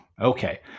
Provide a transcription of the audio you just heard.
Okay